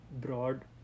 broad